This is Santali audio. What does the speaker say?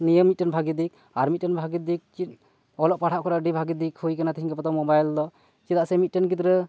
ᱱᱤᱭᱟᱹ ᱢᱤᱫᱴᱮᱱ ᱵᱷᱟᱜᱤ ᱫᱤᱠ ᱟᱨ ᱢᱤᱫᱴᱮᱱ ᱵᱷᱟᱜᱤ ᱫᱤᱠ ᱪᱤᱫ ᱚᱞᱚᱜ ᱯᱟᱲᱦᱟᱜ ᱠᱚᱨᱮ ᱟᱹᱰᱤ ᱵᱷᱟᱜᱤ ᱫᱤᱠ ᱦᱩᱭ ᱟᱠᱟᱱᱟ ᱛᱤᱦᱤᱧ ᱜᱟᱯᱟ ᱫᱚ ᱢᱳᱵᱟᱭᱤᱞ ᱫᱚ ᱪᱮᱫᱟᱜ ᱥᱮ ᱢᱚᱫᱴᱮᱱ ᱜᱤᱫᱽᱨᱟᱹ